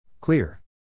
Clear